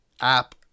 app